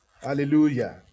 Hallelujah